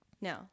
No